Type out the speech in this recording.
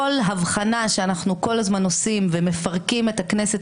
כל הבחנה שאנחנו כל הזמן עושים ומפרקים את הכנסת